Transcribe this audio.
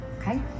okay